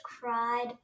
cried